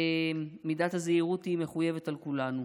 מידת הזהירות היא מחויבת על כולנו.